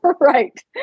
right